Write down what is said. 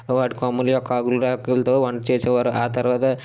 వాటి కొమ్మల యొక్క ఉళ్ళాకులతో వంట చేసేవారు ఆ తర్వాత